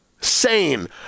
Sane